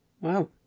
Wow